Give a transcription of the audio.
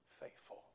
faithful